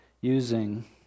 using